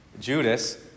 Judas